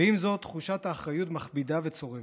ועם זאת, תחושת האחריות מכבידה וצורבת.